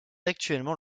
actuellement